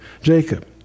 Jacob